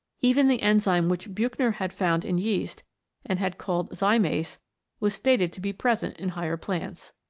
even the enzyme which buchner had found in yeast and had called zymase was stated to be present in higher plants.